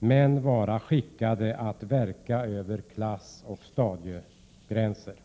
utan vara skickade att verka över klassoch stadiegränserna.